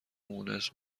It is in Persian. مونس